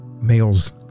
males